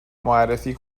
معرفی